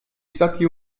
stati